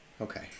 Okay